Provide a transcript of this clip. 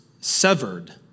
severed